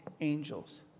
angels